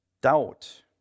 Doubt